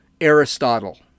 Aristotle